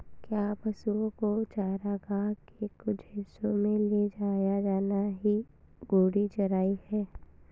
क्या पशुओं को चारागाह के कुछ हिस्सों में ले जाया जाना ही घूर्णी चराई है?